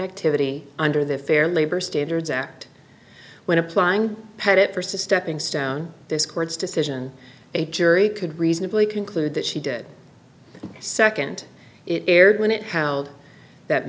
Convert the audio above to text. activity under the fair labor standards act when applying had it st a stepping stone this court's decision a jury could reasonably conclude that she did nd it erred when it how'd that